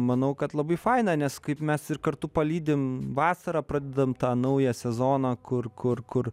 manau kad labai faina nes kaip mes ir kartu palydim vasarą pradedam tą naują sezoną kur kur kur